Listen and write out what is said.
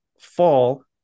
fall